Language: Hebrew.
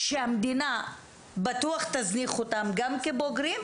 שהמדינה בטוח תזניח אותם גם כבוגרים,